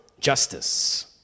justice